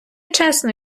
чесно